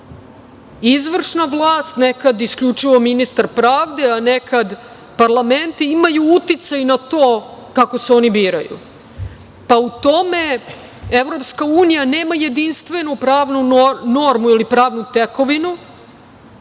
izvršna vlast, nekad isključivo ministar pravde, a neka parlamenti imaju uticaj na to kako se oni biraju, pa u tome EU nema jedinstvenu pravnu normu ili pravnu tekovinu,